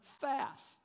fast